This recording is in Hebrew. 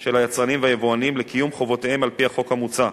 של היצרנים והיבואנים לקיום חובותיהם על-פי החוק המוצע,